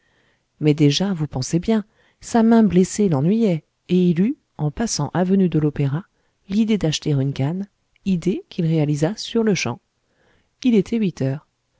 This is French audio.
mais déjà vous pensez bien sa main blessée l'ennuyait et il eut en passant avenue de l'opéra l'idée d'acheter une canne idée qu'il réalisa sur-le-champ il était huit heures